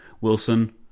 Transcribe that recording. Wilson